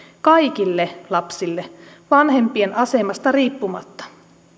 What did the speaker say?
kaikille lapsille vanhempien asemasta riippumatta